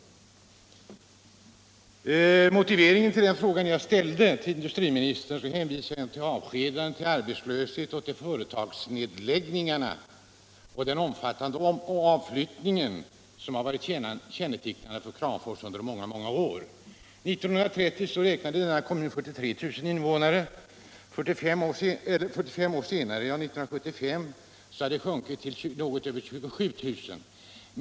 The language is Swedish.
I motiveringen till den fråga jag ställde till industriministern hänvisar jag till avskedandena, arbetslösheten och företagsnedläggningarna samt den omfattande avflyttning som har varit kännetecknande för Kramfors under många år. År 1930 räknade denna kommun 43 000 invånare. 45 år senare — år 1975 — hade antalet boende sjunkit till något över 27 000.